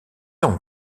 ans